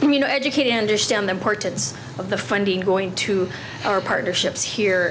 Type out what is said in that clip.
you know educated understand the importance of the funding going to our partnerships here